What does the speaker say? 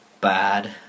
bad